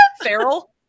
feral